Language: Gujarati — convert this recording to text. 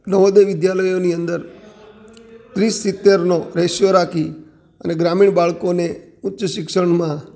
નવોદય વિદ્યાલયોની અંદર ત્રીસ સીત્તેરનો રેશિયો રાખી અને ગ્રામીણ બાળકોને ઉચ્ચ શિક્ષણમાં